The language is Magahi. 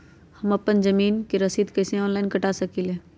हम अपना जमीन के रसीद कईसे ऑनलाइन कटा सकिले?